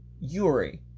Yuri